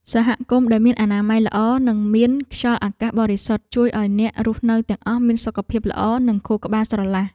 សហគមន៍ដែលមានអនាម័យល្អនិងមានខ្យល់អាកាសបរិសុទ្ធជួយឱ្យអ្នករស់នៅទាំងអស់មានសុខភាពល្អនិងខួរក្បាលស្រឡះ។